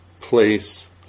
place